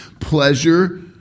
pleasure